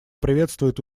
приветствует